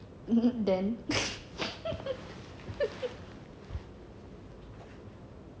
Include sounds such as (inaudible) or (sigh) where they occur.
(laughs) then (laughs)